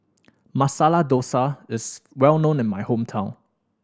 Masala Dosa is well known in my hometown